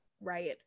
Right